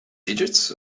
digits